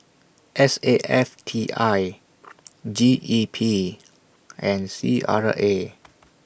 S A F T I G E P and C R A